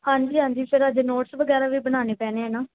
ਹਾਂਜੀ ਹਾਂਜੀ ਫਿਰ ਅੱਜ ਨੋਟਸ ਵੀ ਬਣਾਉਣੇ ਪੈਣੇ ਆ ਨਾ